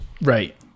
right